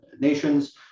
nations